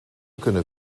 kunnen